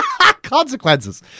Consequences